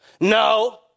No